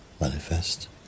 manifest